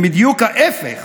הם בדיוק ההפך